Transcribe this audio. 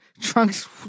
Trunks